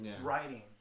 writing